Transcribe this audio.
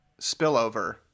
spillover